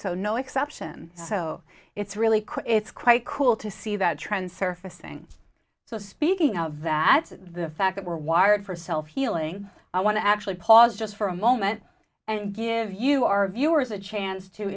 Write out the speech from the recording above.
so no exception so it's really quick it's quite cool to see that trend surfacing so speaking of that the fact that we're wired for self healing i want to actually pause just for a moment and give you our viewers a chance to